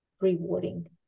rewarding